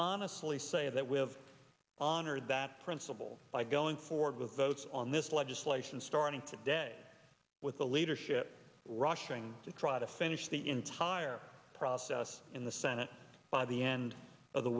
honestly say that we have honored that principle by going forward with votes on this legislation starting today with the leadership rushing to try to finish the entire process in the senate by the end of the